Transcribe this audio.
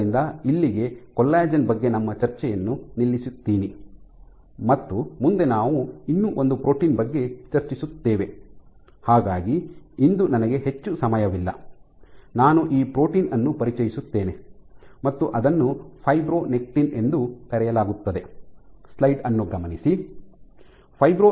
ಆದ್ದರಿಂದ ಇಲ್ಲಿಗೆ ಕೊಲ್ಲಾಜೆನ್ ಬಗ್ಗೆ ನಮ್ಮ ಚರ್ಚೆಯನ್ನು ನಿಲ್ಲಿಸುತ್ತೀನಿ ಮತ್ತು ಮುಂದೆ ನಾವು ಇನ್ನೂ ಒಂದು ಪ್ರೋಟೀನ್ ಬಗ್ಗೆ ಚರ್ಚಿಸುತ್ತೇವೆ ಹಾಗಾಗಿ ಇಂದು ನನಗೆ ಹೆಚ್ಚು ಸಮಯವಿಲ್ಲ ನಾನು ಈ ಪ್ರೋಟೀನ್ ಅನ್ನು ಪರಿಚಯಿಸುತ್ತೇನೆ ಮತ್ತು ಅದನ್ನು ಫೈಬ್ರೊನೆಕ್ಟಿನ್ ಎಂದು ಕರೆಯಲಾಗುತ್ತದೆ